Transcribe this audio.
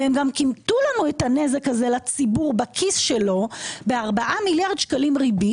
וגם גם כימתו לנו את הנזק הזה לציבור בכיס שלו ב-4 מיליארד שקלים ריבית,